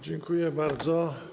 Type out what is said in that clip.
Dziękuję bardzo.